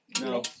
No